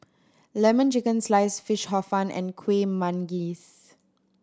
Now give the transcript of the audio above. Lemon Chicken Sliced Fish Hor Fun and Kuih Manggis